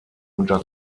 unter